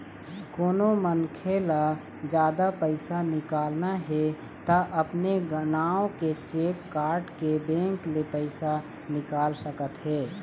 कोनो मनखे ल जादा पइसा निकालना हे त अपने नांव के चेक काटके बेंक ले पइसा निकाल सकत हे